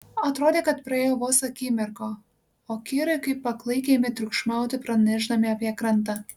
atrodė kad praėjo vos akimirka o kirai kaip paklaikę ėmė triukšmauti pranešdami apie krantą